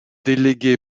délégué